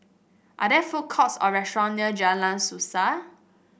are there food courts or restaurant near Jalan Suasa